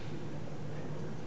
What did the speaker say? רק שנייה, בוא,